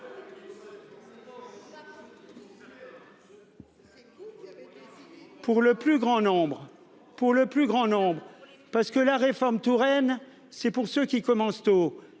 pour le plus grand nombre parce que la réforme Touraine c'est pour ceux qui commencent tôt